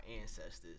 ancestors